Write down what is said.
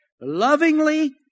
lovingly